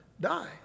die